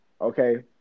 okay